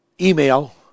email